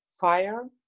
fire